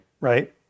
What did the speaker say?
right